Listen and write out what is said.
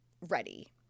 ready